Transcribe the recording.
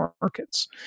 markets